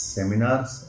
Seminars